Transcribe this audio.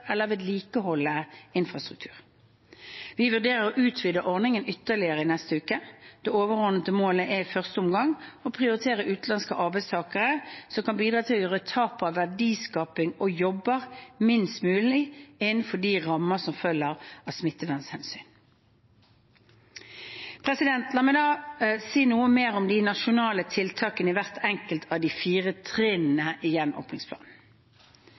eller vedlikeholde infrastruktur. Vi vurderer å utvide ordningen ytterligere i neste uke. Det overordnede målet i første omgang er å prioritere utenlandske arbeidstakere som kan bidra til å gjøre tapet av verdiskaping og jobber minst mulig, innenfor de rammer som følger av smittevernhensyn. La meg nå si mer om de nasjonale tiltakene i hvert enkelt av de fire trinnene i gjenåpningsplanen.